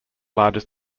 largest